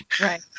Right